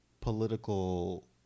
political